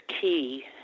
key